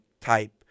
type